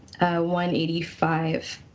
185